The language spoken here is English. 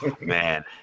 Man